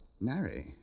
Marry